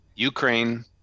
Ukraine